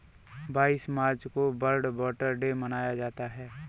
बाईस मार्च को वर्ल्ड वाटर डे मनाया जाता है